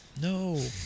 No